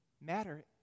matter